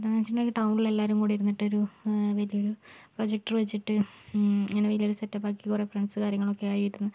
എന്താണെന്ന് വച്ചിട്ടുണ്ടെങ്കിൽ ടൗണിൽ എല്ലാവരും കൂടി ഇരുന്നിട്ട് ഒരു വലിയൊരു പ്രൊജക്ടർ വച്ചിട്ട് ഇങ്ങനെ വലിയൊരു സെറ്റപ്പാക്കി കുറെ ഫ്രണ്ട്സ് കാര്യങ്ങളൊക്കെ ആയി ഇരുന്ന്